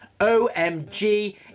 OMG